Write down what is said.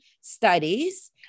studies